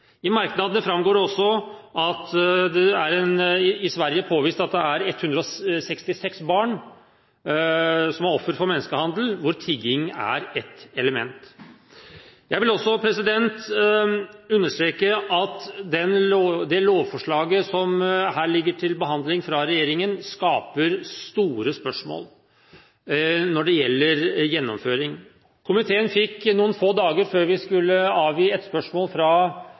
I merknadene framgår det også at det i Sverige er påvist at 166 barn var offer for menneskehandel, hvor tigging var ett element. Jeg vil også understreke at regjeringens lovforslag som her ligger til behandling, skaper store spørsmål når det gjelder gjennomføring. Komiteen fikk noen få dager før den skulle avgi innstilling, et spørsmål fra